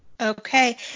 okay